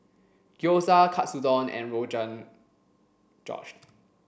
Gyoza Katsudon and Rogan Josh